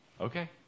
Okay